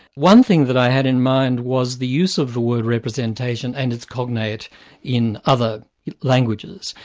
one thing that i had in mind was the use of the word representation and its cognate in other languages.